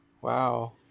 Wow